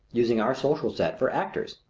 using our social set for actors.